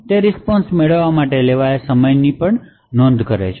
તે રીસ્પોન્શ મેળવવા માટે લેવાયેલા સમયની પણ નોંધ લે છે